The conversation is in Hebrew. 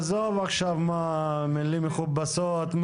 עזוב מילים מכובסות.